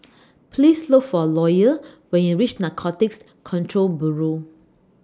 Please Look For Loyal when YOU REACH Narcotics Control Bureau